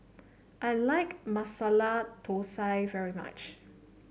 I like Masala Thosai very much